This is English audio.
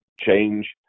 change